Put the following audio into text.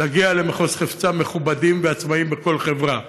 להגיע למחוז חפצם מכובדים ועצמאיים בכל חברה.